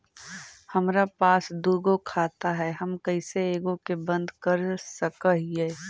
हमरा पास दु गो खाता हैं, हम कैसे एगो के बंद कर सक हिय?